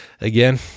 Again